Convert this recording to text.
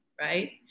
right